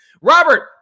Robert